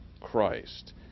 Christ